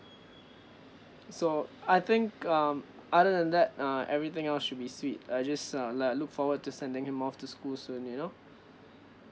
so I think um other than that uh everything and all should be sweet I just uh like look forward to sending him off to school soon you know